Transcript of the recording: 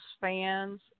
fans